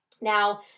Now